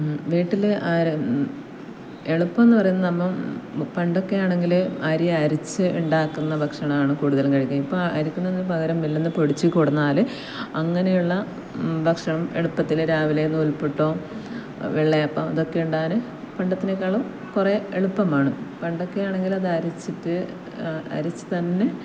വീട്ടിൽ ആര് എളുപ്പമെന്നു പറയുന്ന നമ്മൾ പണ്ടൊക്കെ ആണെങ്കിൽ അരി അരച്ച് ഉണ്ടാക്കുന്ന ഭക്ഷണമാണ് കൂടുതലും കഴിക്കുക ഇപ്പം അരയ്ക്കുന്നതിന് പകരം മില്ലിൽ നിന്ന് പൊടിച്ചു കൊണ്ടുവന്നാൽ അങ്ങനെയുള്ള ഭക്ഷണം എളുപ്പത്തിൽ രാവിലെ നൂൽ പുട്ടോ വെള്ളയപ്പം ഇതൊക്കെ ഉണ്ടാക്കാൻ പണ്ടത്തേതിനെക്കാളും കുറേ എളുപ്പമാണ് പണ്ടൊക്കെയാണെങ്കിൽ അതരച്ചിട്ട് അരച്ചു തന്നെ